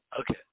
Okay